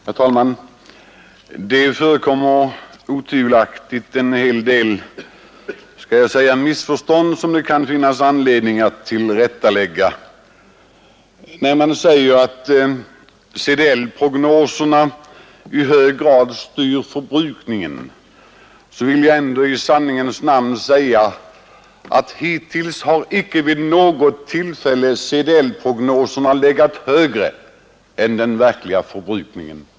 Herr talman! Det förekommer otvivelaktigt en hel del missförstånd som det kan finnas anledning att lägga till rätta. När man påstår att CDL-prognoserna i hög grad styr förbrukningen vill jag ändå i sanningens namn säga, att hittills har icke vid något tillfälle CDL-prognoserna legat högre än den verkliga förbrukningen.